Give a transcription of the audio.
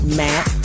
matt